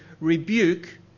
rebuke